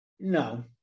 No